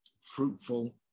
fruitful